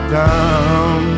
down